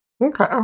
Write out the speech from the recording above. Okay